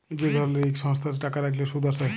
যে ধরলের ইক সংস্থাতে টাকা রাইখলে সুদ আসে